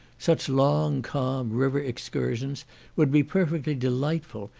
such long calm river excursions would be perfectly delightful,